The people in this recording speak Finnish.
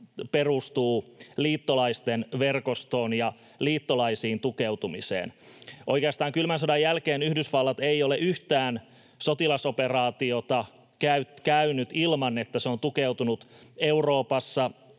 perustuu liittolaisten verkostoon ja liittolaisiin tukeutumiseen. Oikeastaan kylmän sodan jälkeen Yhdysvallat ei ole yhtään sotilasoperaatiota käynyt ilman, että se on tukeutunut Euroopassa